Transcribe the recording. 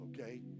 okay